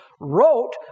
wrote